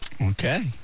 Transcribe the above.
Okay